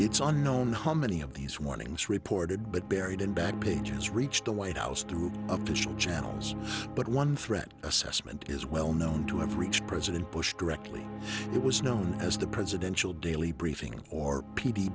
it's unknown how many of these warnings reported but buried in back pages reached the white house through channels but one threat assessment is well known to have reached president bush directly it was known as the presidential daily briefing or p